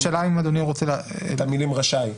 השאלה אם אדוני רוצה את המילה רשאי.